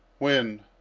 when